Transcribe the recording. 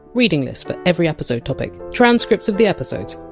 reading lists for every episode topic, transcripts of the episodes,